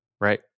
right